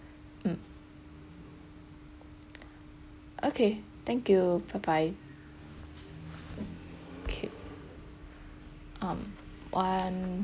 mm okay thank you bye bye okay um one